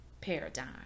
paradigm